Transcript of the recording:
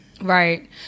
Right